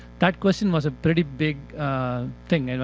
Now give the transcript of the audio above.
that question was a pretty big thing.